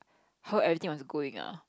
how everything was going ah